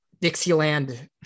Dixieland